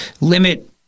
limit